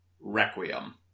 Requiem